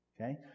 Okay